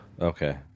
Okay